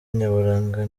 nyaburanga